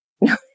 No